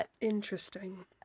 Interesting